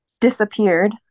disappeared